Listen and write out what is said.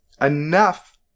enough